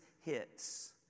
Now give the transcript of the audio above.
hits